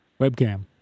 webcam